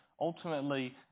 ultimately